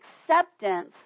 acceptance